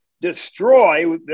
destroy